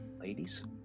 ladies